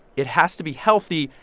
it has to be healthy.